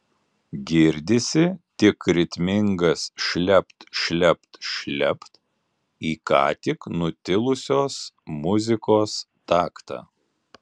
girdisi tik ritmingas šlept šlept šlept į ką tik nutilusios muzikos taktą